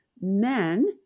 men